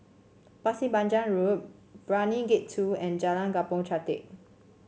Pasir Panjang Road Brani Gate Two and Jalan Kampong Chantek